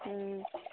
ꯎꯝ